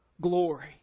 glory